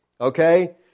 Okay